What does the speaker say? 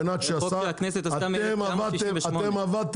אתם שיקרתם לשרים,